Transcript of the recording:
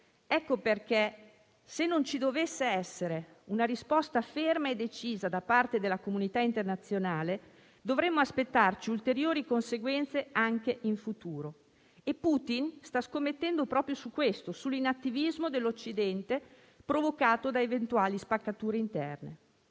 Ecco perché, se non ci dovesse essere una risposta ferma e decisa da parte della comunità internazionale, dovremmo aspettarci ulteriori conseguenze anche in futuro. Putin sta scommettendo proprio su questo, e cioè sull'inattivismo dell'Occidente, provocato da eventuali spaccature interne.